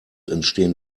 entstehen